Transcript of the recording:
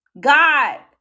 God